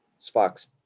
spock's